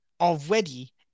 already